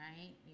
right